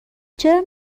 چرا